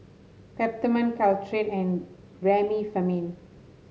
Peptamen Caltrate and Remifemin